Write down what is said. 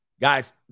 guys